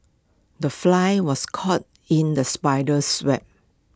the fly was caught in the spider's web